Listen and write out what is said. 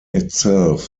itself